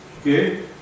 Okay